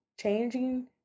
changing